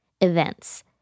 events